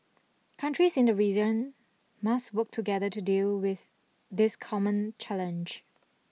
countries in the region must work together to deal with this common challenge